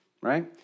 right